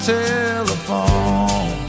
telephone